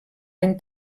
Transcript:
any